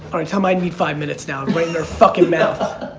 alright, tell mikey five minutes now. and blame their fuckin' mouth.